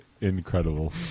incredible